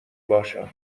باشم